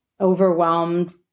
overwhelmed